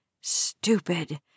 Stupid